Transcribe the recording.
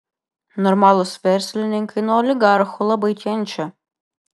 normalūs verslininkai nuo oligarchų labai kenčia